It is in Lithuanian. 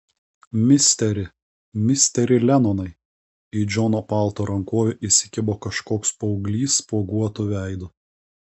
misteri misteri lenonai į džono palto rankovę įsikibo kažkoks paauglys spuoguotu veidu